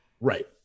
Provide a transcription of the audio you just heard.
Right